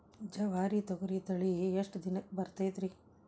ಜವಾರಿ ತೊಗರಿ ತಳಿ ಎಷ್ಟ ದಿನಕ್ಕ ಬರತೈತ್ರಿ?